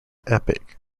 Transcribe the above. epic